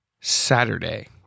Saturday